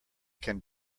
can